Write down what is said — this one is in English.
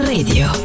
Radio